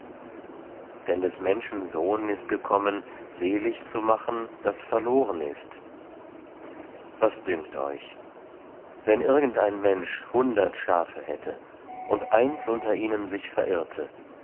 denn des menschen sohn ist gekommen selig zu machen das verloren ist was dünkt euch wenn irgend ein mensch hundert schafe hätte und eins unter ihnen sich verirrte